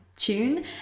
tune